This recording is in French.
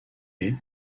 est